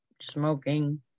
smoking